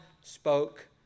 spoke